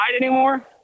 anymore